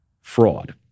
fraud